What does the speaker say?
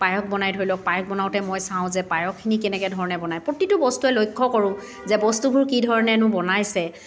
পায়স বনায় ধৰি লওক পায়স বনাওঁতে মই চাওঁ যে পায়সখিনি কেনেকুৱা ধৰণৰকৈ বনায় প্ৰতিটো বস্তুৱে লক্ষ্য কৰোঁ যে বস্তুবোৰ কি ধৰণেনো বনাইছে